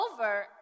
over